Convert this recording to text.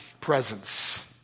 presence